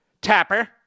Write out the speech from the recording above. Tapper